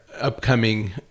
upcoming